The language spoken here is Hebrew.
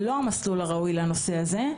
המסלול הראוי לנושא הזה.